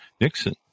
Nixon